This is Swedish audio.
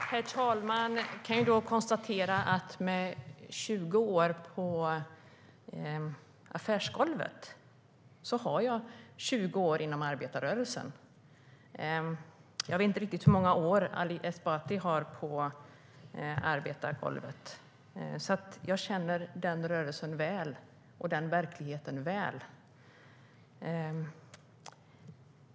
Herr talman! Jag kan konstatera att jag efter 20 år på affärsgolvet har 20 år inom arbetarrörelsen och känner den rörelsen och den verkligheten väl.